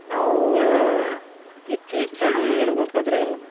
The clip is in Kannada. ನಾವೂ ಹೆಚ್ಚು ಹೆಚ್ಚಾಗಿ ಹೇಳ್ಬೇಕಾದ್ರೆ